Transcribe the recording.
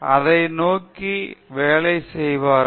அதை நோக்கி வேலை செய்வார்கள்